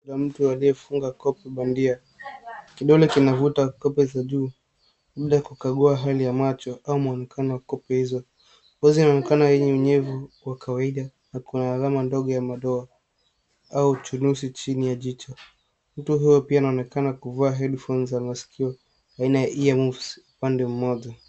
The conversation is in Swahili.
Kuna mtu aliyefunga kope bandia. Kidole kinavuta kope za juu labda kukagua hali ya macho ama mwonekano wa kope hizo. Wazi inaonekana wenye unyevu wa kawaida na kuna alama ndogo ya madoa au chunusi chini ya jicho. Mtu huyu pia anaonekana kuvaa headphones za masikio aina ya ear muffs upande mmoja.